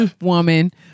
woman